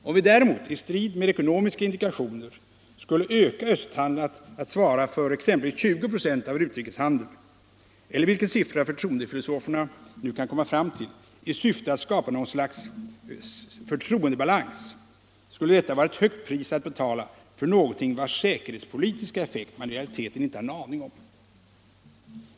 Om vi däremot i strid med ekonomiska indikationer skulle öka östhandeln till att svara för exempelvis 20 96 av vår utrikeshandel, eller vilken siffra förtroendefilosoferna nu kan komma fram till, i syfte att skapa något slags ”förtroendebalans”, skulle detta vara ett högt pris att betala för någonting vars säkerhetspolitiska effekt man i realiteten inte hade någon aning om.